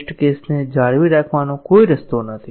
test કેસને જાળવી રાખવાનો કોઈ રસ્તો નથી